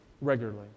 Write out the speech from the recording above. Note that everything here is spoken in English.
regularly